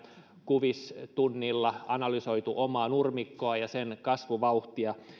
kuvistunnilla analysoitu omaa nurmikkoa ja sen kasvuvauhtia